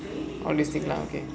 holistic lah okay